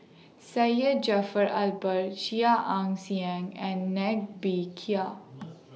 Syed Jaafar Albar Chia Ann Siang and Ng Bee Kia